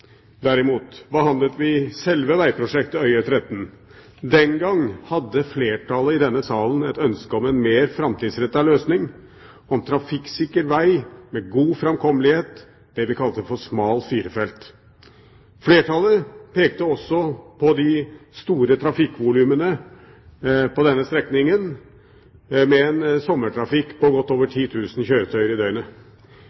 derimot behandlet vi selve vegprosjektet Øyer–Tretten. Den gangen hadde flertallet i denne salen et ønske om en mer framtidsrettet løsning, om en trafikksikker veg med god framkommelighet, det vi kalte for smal firefelts veg. Flertallet pekte også på de store trafikkvolumene på denne strekningen, med en sommertrafikk på godt over